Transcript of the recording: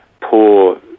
poor